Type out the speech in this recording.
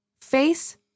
face